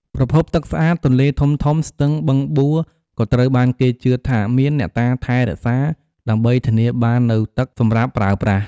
ប្រភពទឹកស្អាត ទន្លេធំៗ ស្ទឹង បឹងបួ ក៏ត្រូវបានគេជឿថាមានអ្នកតាថែរក្សា ដើម្បីធានាបាននូវទឹកសម្រាប់ប្រើប្រាស់។